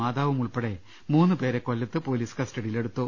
മാതാവും ഉൾപ്പെടെ മൂന്നുപേരെ കൊല്ലത്ത് പൊലീസ് കസ്റ്റഡിയിൽ എടു ത്തു